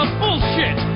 bullshit